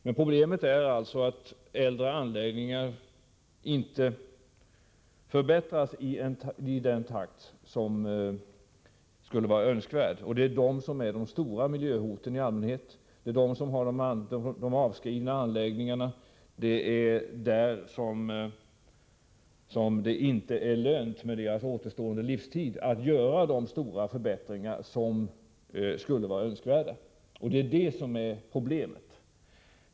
Men problemet är att äldre anläggningar inte förbättras i den takt som skulle vara önskvärd, och det är de äldre anläggningarna som är de stora miljöhoten i allmänhet. Det är i de avskrivna anläggningarna som det — med tanke på deras återstående livstid — inte är lönt att göra de stora förbättringar som skulle vara önskvärda. Det är det som är problemet.